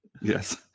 Yes